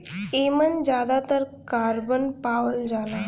एमन जादातर कारबन पावल जाला